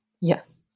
Yes